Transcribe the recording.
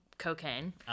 cocaine